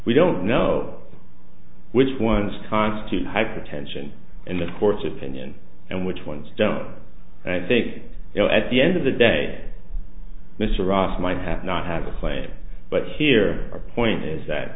we don't know which ones to constitute hypertension in the court's opinion and which ones don't and i think you know at the end of the day mr ross might have not have a claim but here our point is that